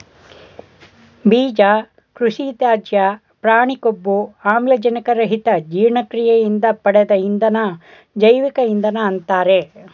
ಬೀಜ ಕೃಷಿತ್ಯಾಜ್ಯ ಪ್ರಾಣಿ ಕೊಬ್ಬು ಆಮ್ಲಜನಕ ರಹಿತ ಜೀರ್ಣಕ್ರಿಯೆಯಿಂದ ಪಡೆದ ಇಂಧನ ಜೈವಿಕ ಇಂಧನ ಅಂತಾರೆ